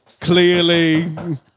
Clearly